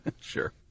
Sure